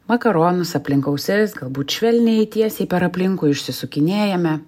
makaronus aplink ausis galbūt švelniai tiesiai per aplinkui išsisukinėjame